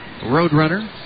roadrunner